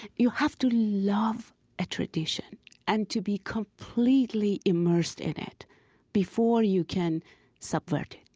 you have to love a tradition and to be completely immersed in it before you can subvert